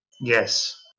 Yes